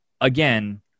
again